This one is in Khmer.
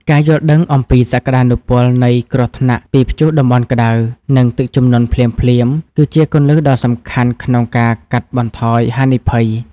ការយល់ដឹងអំពីសក្ដានុពលនៃគ្រោះថ្នាក់ពីព្យុះតំបន់ក្ដៅ និងទឹកជំនន់ភ្លាមៗ គឺជាគន្លឹះដ៏សំខាន់ក្នុងការកាត់បន្ថយហានិភ័យ។